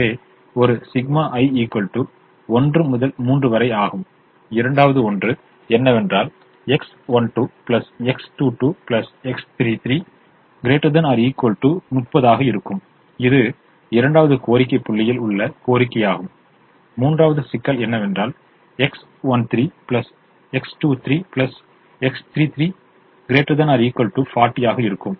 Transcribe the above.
எனவே ஒரு ∑i 1 முதல் 3 வரை ஆகும் இரண்டாவது ஒன்று என்னவென்றால் X12 X22 X32 ≥ 30 ஆக இருக்கும் இது இரண்டாவது கோரிக்கை புள்ளியில் உள்ள கோரிக்கையாகும் மூன்றாவது சிக்கல் என்னவென்றால் X13 X23 X33 ≥ 40 ஆக இருக்கும்